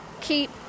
keep